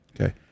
Okay